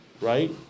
right